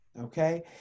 Okay